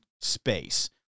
space